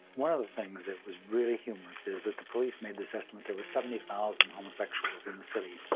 one of the things that was really humorous is that the police made this estimate there were seventy thousand homosexuals in the city.